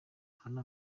hano